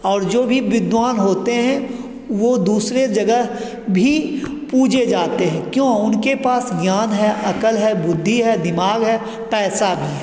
और जो भी विद्वान होते हैं वह दूसरी जगह भी पूजे जाते हैं क्यों उनके पास ज्ञान है अकल है बुद्धि है दिमाग है पैसा भी है